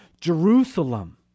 Jerusalem